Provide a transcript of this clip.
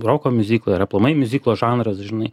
roko miuziklai ir aplamai miuziklo žanras žinai